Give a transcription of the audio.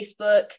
Facebook